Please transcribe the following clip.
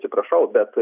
atsiprašau bet